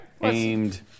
aimed